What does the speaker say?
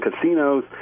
casinos